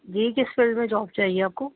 جی کس فیلڈ میں جاب چاہیے آپ کو